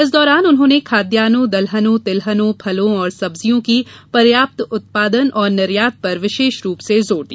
इस दौरान उन्होंने खाद्यानों दलहनों तिलहनों फलों और सब्जियों की स्व पर्याप्तता और निर्यात पर विशेष रूप से जोर दिया